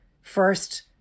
First